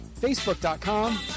facebook.com